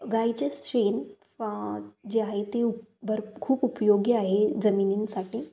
गाईचेच शेण फ जे आहे ते उप भर खूप उपयोगी आहे जमिनींसाठी